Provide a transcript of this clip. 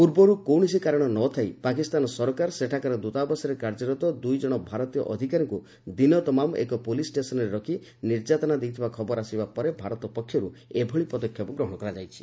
ପୂର୍ବରୁ କୌଣସି କାରଣ ନଥାଇ ପାକିସ୍ତାନ ସରକାର ସେଠାକାର ଦୂତାବାସରେ କାର୍ଯ୍ୟରତ ଦୁଇଜଣ ଭାରତୀୟ ଅଧିକାରୀଙ୍କୁ ଦିନ ତମାମ ଏକ ପୋଲିସ୍ ଷ୍ଟେସନରେ ରଖି ନିର୍ଯାତନା ଦେଇଥିବା ଖବର ଆସିବା ପରେ ଭାରତ ପକ୍ଷର୍ ଏଭଳି ପଦକ୍ଷେପ ଗ୍ହଣ କରାଯାଇଛି